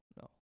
no